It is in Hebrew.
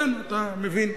כן, אתה מבין.